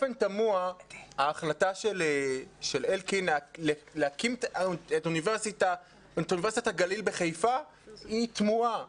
ההחלטה של השר אלקין להקים את אוניברסיטת הגליל בחיפה היא תמוהה,